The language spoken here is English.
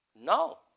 No